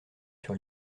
sur